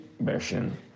version